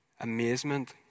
amazement